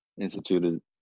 instituted